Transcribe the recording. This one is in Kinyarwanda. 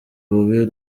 bubi